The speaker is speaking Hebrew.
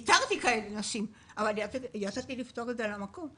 איך לאתר ולפתור בעיה של נשים לאחר לידה.